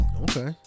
Okay